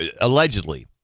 allegedly